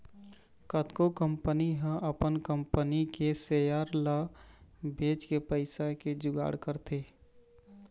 कतको कंपनी ह अपन कंपनी के सेयर ल बेचके पइसा के जुगाड़ करथे